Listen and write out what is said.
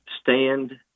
stand